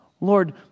Lord